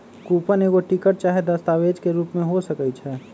coupon एगो ticket चाहे दस्तावेज के रूप में हो सकइ छै